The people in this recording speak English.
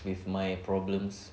with my problems